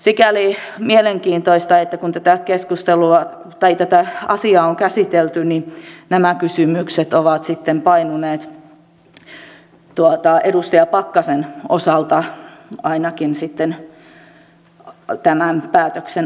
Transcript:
sikäli mielenkiintoista että kun tätä asiaa on käsitelty niin nämä kysymykset ovat sitten painuneet edustaja pakkasen osalta ainakin tämän päätöksen alle